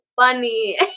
funny